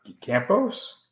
Campos